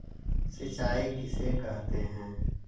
सिंचाई किसे कहते हैं?